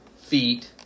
feet